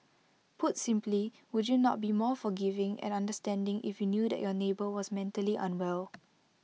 put simply would you not be more forgiving and understanding if you knew that your neighbour was mentally unwell